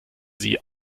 sie